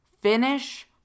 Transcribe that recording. finish